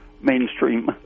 mainstream